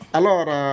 Allora